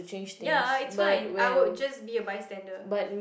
ya it's fine I would just be a bystander